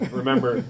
remember